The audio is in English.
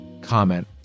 comment